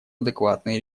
адекватные